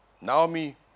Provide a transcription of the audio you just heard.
Naomi